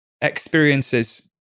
experiences